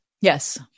Yes